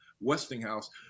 Westinghouse